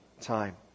time